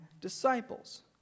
disciples